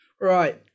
Right